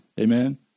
Amen